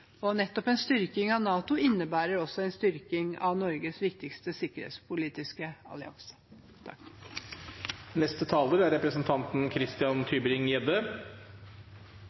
Nettopp en styrking av NATO innebærer også en styrking av Norges viktigste sikkerhetspolitiske allianse.